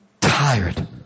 tired